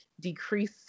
decrease